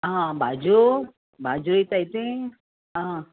आ भाज्यो भाज्यो येता ते आ